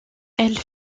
elle